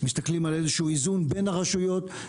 מסתכלים על איזשהו איזון בין הרשויות.